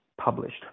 published